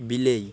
ବିଲେଇ